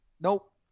Nope